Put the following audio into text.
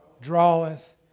draweth